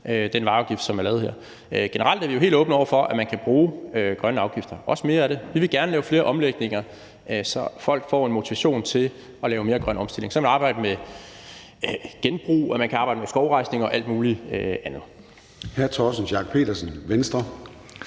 den vejafgift, som er lavet her. Generelt er vi jo helt åbne over for, at man kan bruge grønne afgifter, også mere af det. Vi vil gerne lave flere omlægninger, så folk får en motivation til at lave mere grøn omstilling. Så kan man arbejde med genbrug, og man kan arbejde med skovrejsning og alt muligt andet.